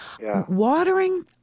Watering